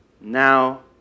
Now